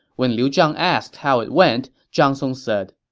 when liu zhang asked how it went, zhang song said,